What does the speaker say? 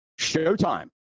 showtime